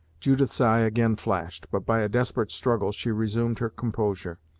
judith's eye again flashed, but by a desperate struggle she resumed her composure.